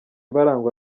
barangwa